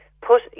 put